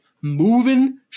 moving